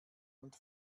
und